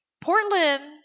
Portland